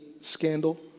scandal